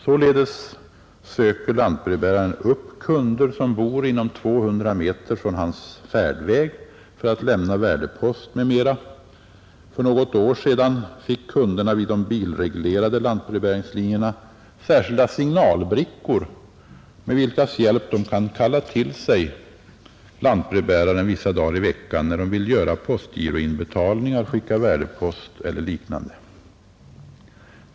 Således söker lantbrevbäraren upp kunder, som bor inom 200 meter från hans färdväg, för att lämna värdepost m.m. För något år sedan fick kunderna vid de bilreglerade lantbrevbäringslinjerna särskilda signalbrickor med vilkas hjälp de kan kalla till sig lantbrevbäraren vissa dagar i veckan när de vill göra postgiroinbetalningar, skicka värdepost eller liknande.